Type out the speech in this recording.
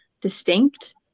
distinct